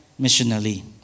missionally